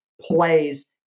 plays